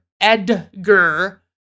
Edgar